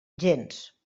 gens